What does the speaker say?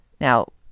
Now